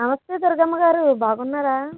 నమస్తే దుర్గమ్మగారు బాగున్నారా